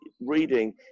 reading